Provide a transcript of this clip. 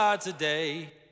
today